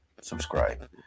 subscribe